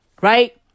right